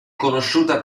conosciuta